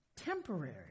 temporary